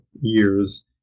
years